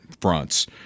fronts